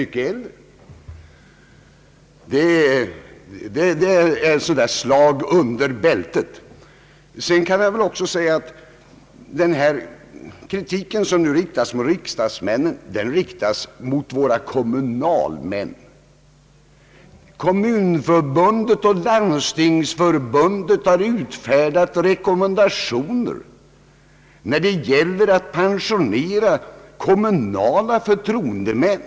Sådant resonemang kan man kalla för slag under bältet. Man kan också säga att den kritik, som nu riktas mot riksdagsmännen, också riktas mot våra kommunalmän. Kommunförbundet och Landstingsförbundet har utfärdat rekommendationer när det gäller pensionering av kommunala förtroendemän.